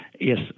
Yes